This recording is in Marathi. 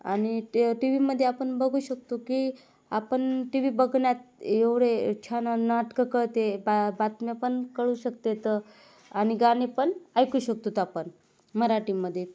आणि ट टी व्हीमध्ये आपण बघू शकतो की आपण टी वी बघण्यात एवढे छान नाटकं कळते बा बातम्या पण कळू शकते तर आणि गाणे पण ऐकू शकतो आपण मराठीमध्ये